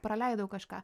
praleidau kažką